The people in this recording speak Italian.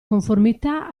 conformità